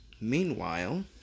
Meanwhile